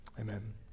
Amen